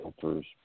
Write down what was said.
filters